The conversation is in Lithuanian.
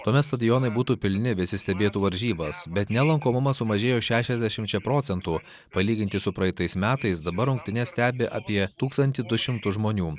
tuomet stadionai būtų pilni visi stebėtų varžybas bet nelankomumas sumažėjo šešiasdešimčia procentų palyginti su praeitais metais dabar rungtynes stebi apie tūkstantį du šimtus žmonių